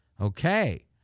Okay